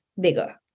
bigger